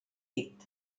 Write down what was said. dit